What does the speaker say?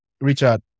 Richard